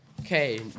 Okay